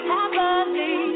Happily